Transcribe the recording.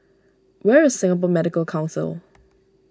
where is Singapore Medical Council